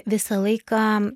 visą laiką